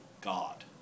God